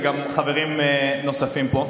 וגם חברים נוספים פה.